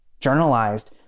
journalized